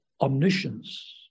Omniscience